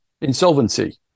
insolvency